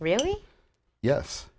really yes